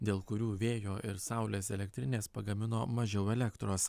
dėl kurių vėjo ir saulės elektrinės pagamino mažiau elektros